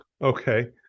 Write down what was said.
Okay